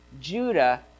Judah